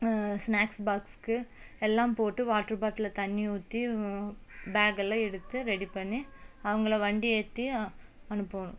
snacks பாக்ஸ்க்கு எல்லாம் போட்டு வாட்ரு பாட்டிலில் தண்ணி ஊற்றி பேகுலாம் எடுத்து ரெடி பண்ணி அவங்கள வண்டி ஏற்றி அனுப்பணும்